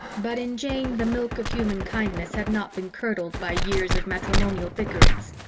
but in jane the milk of human kindness had not been curdled by years of matrimonial bickerings.